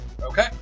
Okay